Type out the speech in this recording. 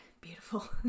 Beautiful